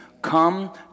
come